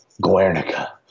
Guernica